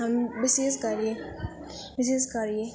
हामी विशेष गरी विशेष गरी